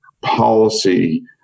policy